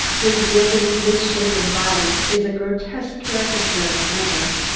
his wizened, misshapen body is a grotesque caricature of a man's,